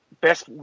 best